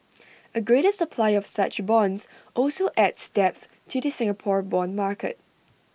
A greater supply of such bonds also adds depth to the Singapore Bond market